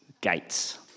gates